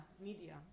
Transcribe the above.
media